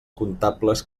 comptables